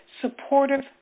supportive